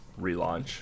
relaunch